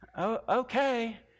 okay